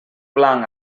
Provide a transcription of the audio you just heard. blanc